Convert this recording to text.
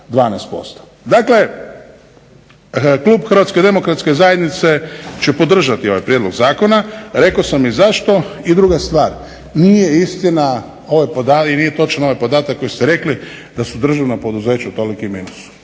12%. Dakle, klub HDZ-a će podržati ovaj prijedlog zakona. Rekao sam i zašto. I druga stvar, nije istina i nije točan ovaj podatak koji ste rekli da su državna poduzeća u tolikom minusu.